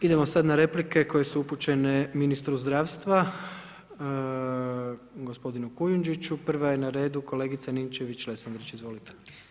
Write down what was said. Idemo sada na replike koje su upućene ministru zdravstva, gospodinu Kujundžiću, prva je na redu kolegica Ninčević Lesandrić, izvolite.